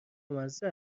مزه